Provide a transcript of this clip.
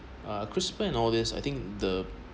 uh crisper and all this I think the